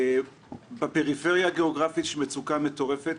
בפריפריה הגיאוגרפית יש מצוקה מטורפת,